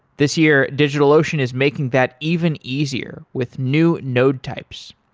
this year, digitalocean is making that even easier with new node types.